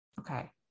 Okay